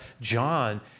John